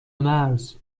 مرز